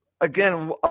again